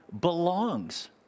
belongs